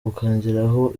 ukongeraho